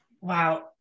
Wow